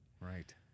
right